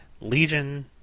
Legion